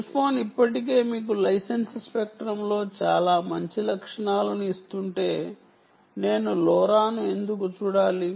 cell phone ఇప్పటికే మీకు licence స్పెక్ట్రంలో చాలా మంచి లక్షణాలను ఇస్తుంటే నేను లోరాను ఎందుకు చూడాలి